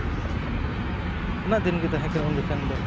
ᱚᱱᱟ ᱫᱤᱱᱜᱮ ᱛᱟᱦᱮᱸᱠᱟᱱᱟ ᱩᱱ ᱡᱚᱠᱷᱚᱱ ᱫᱚ